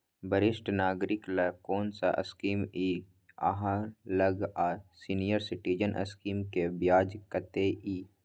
वरिष्ठ नागरिक ल कोन सब स्कीम इ आहाँ लग आ सीनियर सिटीजन स्कीम के ब्याज कत्ते इ?